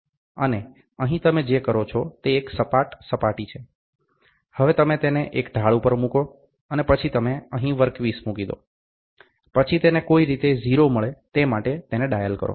અને અહીં તમે જે કરો છો તે એક સપાટ સપાટી છે હવે તમે તેને એક ઢાળ પર મૂકો છો અને પછી તમે અહીં વર્કપીસ મુકી દો પછી તેને કોઈ રીતે 0 મળે તે માટે તેને ડાયલ કરો